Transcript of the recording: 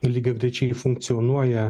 lygiagrečiai funkcionuoja